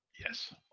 Yes